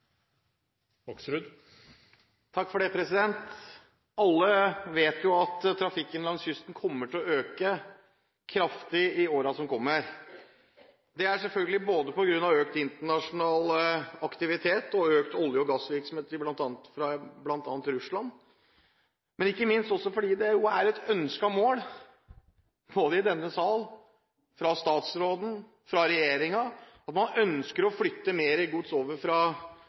det forslaget hun refererte til. Alle vet at trafikken langs kysten kommer til å øke kraftig i årene som kommer, på grunn av økt internasjonal aktivitet og økt olje- og gassvirksomhet, bl.a. fra Russland, men ikke minst også fordi det er et ønsket mål både i denne sal og fra statsråden og regjeringen å flytte mer gods fra spesielt vei og over